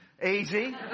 easy